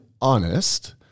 honest